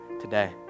today